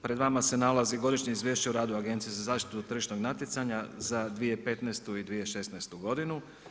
Pred vama se nalazi Godišnje izvješće o radu Agencije za zaštitu tržišnog natjecanja za 2015. i 2016. godinu.